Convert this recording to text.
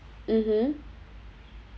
mmhmm